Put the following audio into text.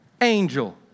angel